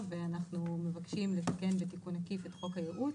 ואנחנו לא יכולים לתת לאדם פרטי יתרון,